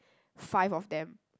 five of them